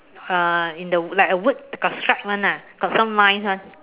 uh in the like a wood got stripe [one] got some lines [one]